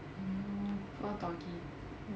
mm poor doggy